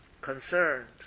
concerned